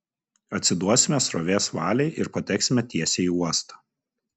atsiduosime srovės valiai ir pateksime tiesiai į uostą